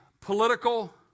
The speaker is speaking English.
political